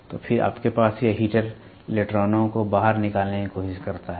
तो फिर आपके पास यह हीटर इलेक्ट्रॉनों को बाहर निकालने की कोशिश करता है